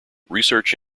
research